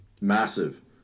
massive